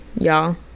y'all